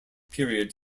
period